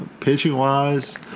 Pitching-wise